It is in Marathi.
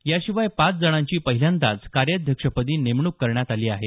याशिवाय पाच जणांची पहिल्यांदाच कार्याध्यक्षपदी नेमणूक करण्यात आली आहे